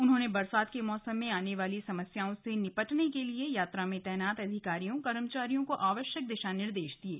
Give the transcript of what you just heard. उन्होंने बरसात के मौसम में आने वाली समस्याओं से निपटने के लिए यात्रा में तैनात अधिकारियों कर्मचारियों को आवश्यक दिशा निर्देश दिये